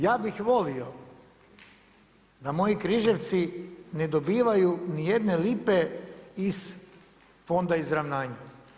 Ja bih volio da moji Križevci ne dobivaju ni jedne lipe iz Fonda izravnanja.